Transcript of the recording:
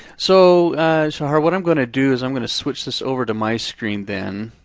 so shahar what i'm gonna do is i'm gonna switch this over to my screen then.